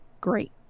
great